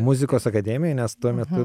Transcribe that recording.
muzikos akademijoj nes tuo metu